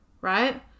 right